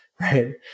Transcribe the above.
right